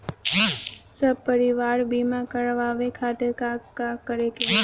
सपरिवार बीमा करवावे खातिर का करे के होई?